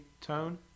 tone